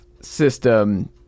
system